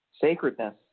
sacredness